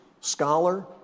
scholar